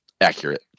accurate